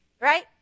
Right